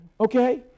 Okay